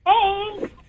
Hey